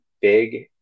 big